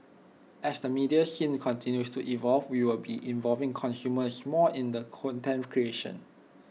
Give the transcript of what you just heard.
as the media scene continues to evolve we will be involving consumers more in the content creation